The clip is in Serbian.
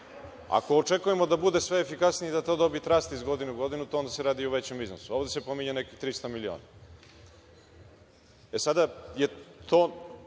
Ako očekujemo da bude sve efikasniji i da ta dobit raste iz godine u godinu onda se radi o većem iznosu. Ovde se pominje nekih 300 miliona.E,